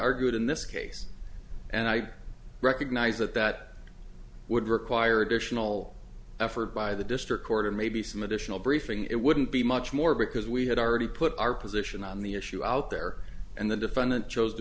argue it in this case and i recognize that that would require additional effort by the district court and maybe some additional briefing it wouldn't be much more because we had already put our position on the issue out there and the defendant chose to